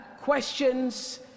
questions